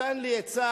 נתן לי עצה,